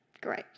Great